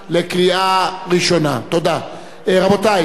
יש הסכמה.